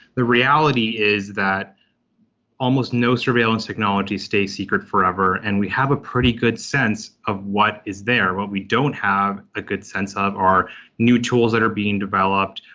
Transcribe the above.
the reality is that almost no surveillance technology stay secret forever. and we have a pretty good sense of what is there, what we don't have a good sense of our new tools that are being developed.